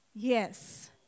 Yes